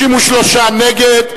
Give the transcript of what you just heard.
33 נגד.